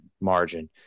margin